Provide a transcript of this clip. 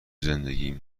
زندگیم